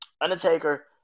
Undertaker